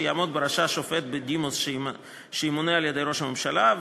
שיעמוד בראשה שופט בדימוס שימונה על-ידי ראש הממשלה,